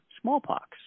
smallpox